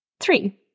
Three